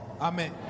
Amen